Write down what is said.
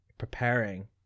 preparing